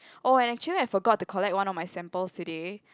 oh and actually I forgot to collect one of my samples today